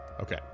okay